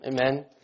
Amen